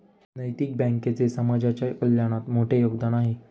नैतिक बँकेचे समाजाच्या कल्याणात मोठे योगदान आहे